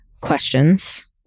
questions